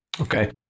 Okay